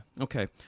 Okay